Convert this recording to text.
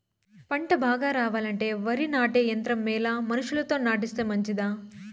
పంట బాగా రావాలంటే వరి నాటే యంత్రం మేలా మనుషులతో నాటిస్తే మంచిదా?